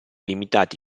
limitati